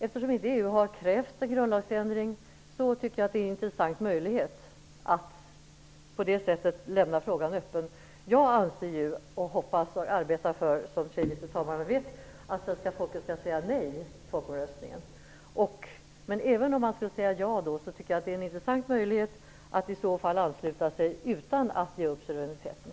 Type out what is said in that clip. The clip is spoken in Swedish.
Eftersom EU inte krävt en grundlagsändring tycker jag detta är en intressant möjlighet att lämna frågan öppen. Jag hoppas och arbetar för, som tredje vice talmannen vet, att svenska folket skall säga nej i folkomröstningen. Men även om man skulle säga ja tycker jag det är en intressant möjlighet att ansluta sig utan att ge upp suveräniteten.